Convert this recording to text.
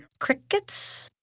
crickets?